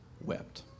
wept